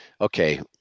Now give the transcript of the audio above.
okay